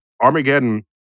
Armageddon